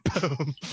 boom